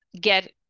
get